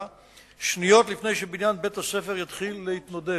שניות לפני שבניין בית-הספר יתחיל להתנדנד.